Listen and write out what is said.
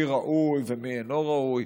מי ראוי ומי אינו ראוי.